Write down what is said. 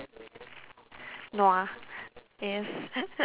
nua yes